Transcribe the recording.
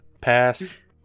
Pass